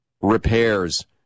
repairs